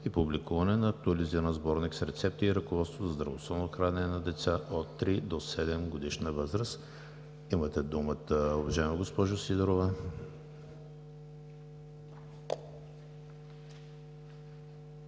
и публикуване на актуализиран Сборник с рецепти и Ръководство за здравословно хранене на деца от три до седемгодишна възраст. Имате думата, уважаема госпожо Сидорова.